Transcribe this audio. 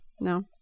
No